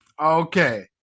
Okay